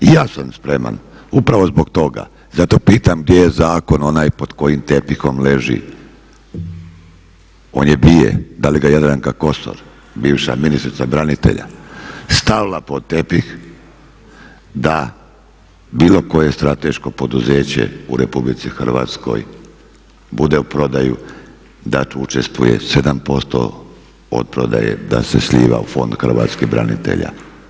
I ja sam spreman upravo zbog toga, zato pitam gdje je zakon onaj pod kojim tepihom leži, on … da li ga je Jadranka Kosor bivša ministrica branitelja stavila pod tepih da bilo koje strateško poduzeće u RH bude u prodaju da tu učestvuje 7% od prodaje da se slijeva u Fond Hrvatskih branitelja.